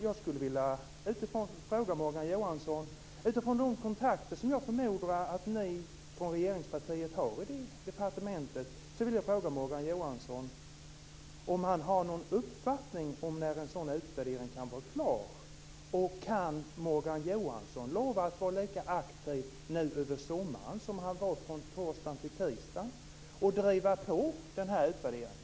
Jag skulle vilja ställa en fråga till Morgan Johansson. Med utgångspunkt i de kontakter jag förmodar att ni i regeringspartiet har i departementet, undrar jag om Morgan Johansson har någon uppfattning om när en utvärdering kan vara klar. Kan Morgan Johansson lova att vara lika aktiv över sommaren som han var från torsdag till tisdag och driva på utvärderingen?